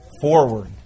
forward